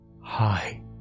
Hi